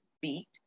Beat